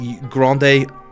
grande